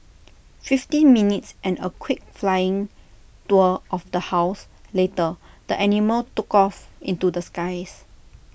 fifteen minutes and A quick flying tour of the house later the animal took off into the skies